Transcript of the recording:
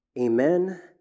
Amen